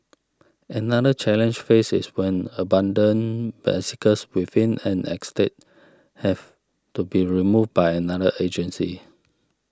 another challenge face is when abandoned bicycles within an estate have to be removed by another agency